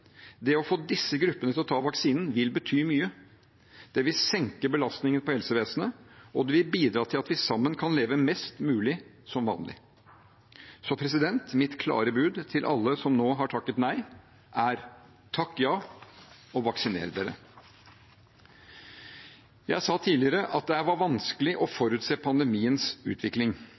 Det å få disse gruppene til å ta vaksinen vil bety mye. Det vil senke belastningen på helsevesenet, og det vil bidra til at vi sammen kan leve mest mulig som vanlig. Så mitt klare bud til alle som til nå har takket nei, er: Takk ja, og vaksiner dere! Jeg sa tidligere at det var vanskelig å forutse pandemiens utvikling.